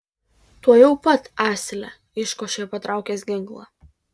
tuojau pat asile iškošė patraukęs ginklą